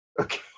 Okay